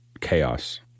chaos